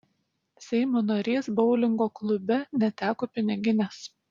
seimo narys boulingo klube neteko piniginės